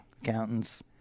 accountants